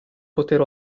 poter